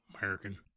American